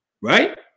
right